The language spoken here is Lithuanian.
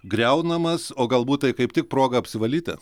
griaunamas o galbūt tai kaip tik proga apsivalyti